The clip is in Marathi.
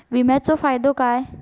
विमाचो फायदो काय?